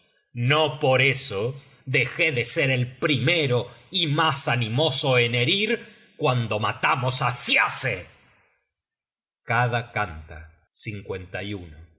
no por eso dejé de ser el primero y mas animoso en herir cuando matamos á thiasse kada canta si tú